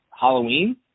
Halloween